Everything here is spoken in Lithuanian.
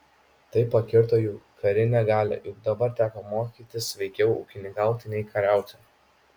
tai pakirto jų karinę galią juk dabar teko mokytis veikiau ūkininkauti nei kariauti